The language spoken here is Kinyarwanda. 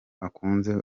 akunzwe